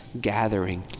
gathering